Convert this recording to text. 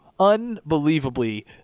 unbelievably